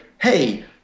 hey